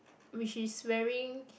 which is wearing